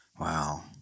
Wow